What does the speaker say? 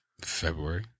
February